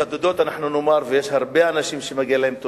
יש הרבה אנשים שמגיעה להם תודה,